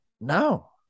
No